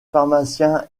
pharmacien